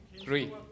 three